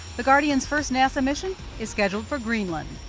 the guardian's first nasa mission is scheduled for greenland.